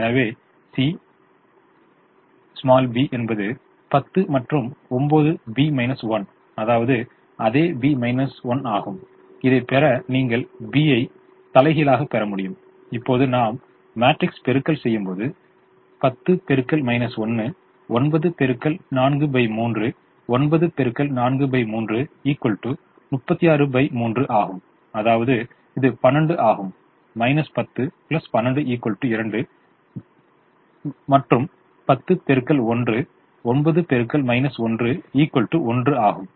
எனவே C b என்பது 10 மற்றும் 9 B 1 அதாவது அதே B 1 ஆகும் இதைப் பெற நீங்கள் B ஐ தலைகீழாகப் பெற முடியும் இப்போது நாம் மேட்ரிக்ஸ் பெருக்கல் செய்யும்பொழுது 9 x 43 9 x 43 363 ஆகும் அதாவது இது 12 ஆகும் 10 12 2 மற்றும் 1 ஆகும்